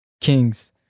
Kings